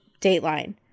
Dateline